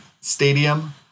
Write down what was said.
stadium